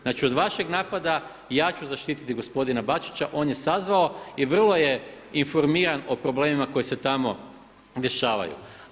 Znači od vašeg napada ja ću zaštititi gospodina Bačića, on je sazvao i vrlo je informiran o problemima koji se tamo dešavaju.